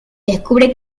descubre